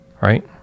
right